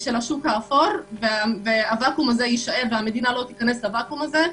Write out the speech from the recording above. של השוק האפור, והמדינה לא תכניס לוואקום הזה,